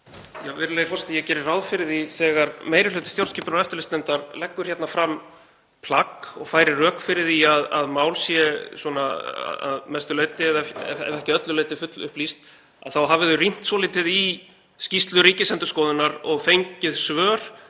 Virðulegi forseti. Ég geri ráð fyrir því þegar meiri hluti stjórnskipunar- og eftirlitsnefndar leggur fram plagg og færir rök fyrir því að mál sé að mestu leyti ef ekki öllu leyti fullupplýst að þá hafi þau rýnt svolítið í skýrslu Ríkisendurskoðunar og fengið svör